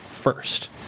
First